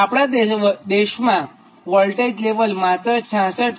આપણા દેશમાં voltage level માત્ર 66 કે